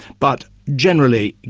but generally,